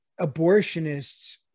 abortionists